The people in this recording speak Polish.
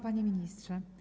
Panie Ministrze!